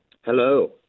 Hello